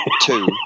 two